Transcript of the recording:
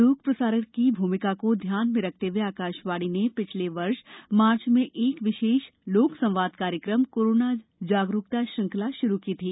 लोक प्रसारक की भूमिका को ध्यान में रखते हुए आकाशवाणी ने पिछले वर्ष मार्च में एक विशष लोक संवाद कार्यक्रम कोरोना जागरूकता श्रृंखला श्रू की थी